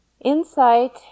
Insight